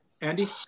Andy